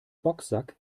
boxsack